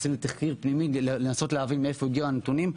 עשינו תחקיר פנימי כדי לנסות להבין מאיפה הגיעו הנתונים.